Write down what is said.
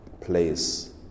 place